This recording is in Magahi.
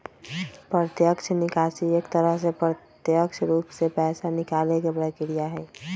प्रत्यक्ष निकासी एक तरह से प्रत्यक्ष रूप से पैसा निकाले के प्रक्रिया हई